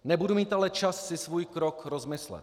Nebudu mít ale čas si svůj krok rozmyslet.